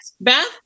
beth